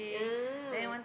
ah